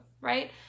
right